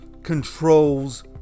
controls